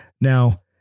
Now